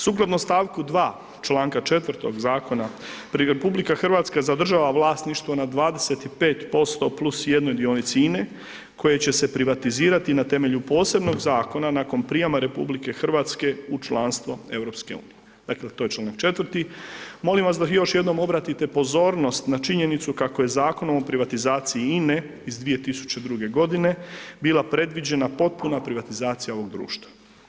Sukladno st. 2. čl. 4. zakona, RH zadržava vlasništvo nad 25% + 1 dionici INA-e koje će se privatizirati na temelju posebnog zakona nakon prijama RH u članstvo EU, dakle, to je čl. 4. Molim vas da još jednom obratite pozornost na činjenicu kako je Zakonom o privatizaciji INA-e iz 2002.g. bila predviđena potpuna privatizacija ovog društva.